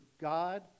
God